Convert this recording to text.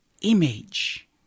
image